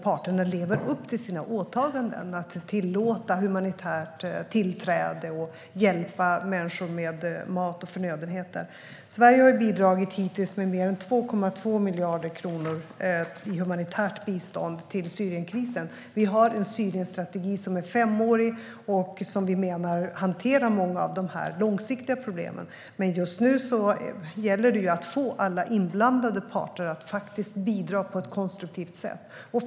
Parterna lever inte upp till sina åtaganden att tillåta humanitärt tillträde och att hjälpa människor med mat och förnödenheter. Sverige har hittills bidragit med mer än 2,2 miljarder kronor i humanitärt bistånd till Syrienkrisen. Vi har en Syrienstrategi som är femårig och som vi menar hanterar många av dessa långsiktiga problem. Just nu gäller det att få alla inblandade parter att faktiskt bidra på ett konstruktivt sätt.